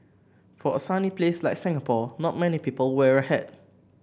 for a sunny place like Singapore not many people wear a hat